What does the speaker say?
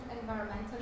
environmental